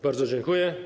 Bardzo dziękuję.